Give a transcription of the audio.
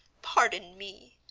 pardon me,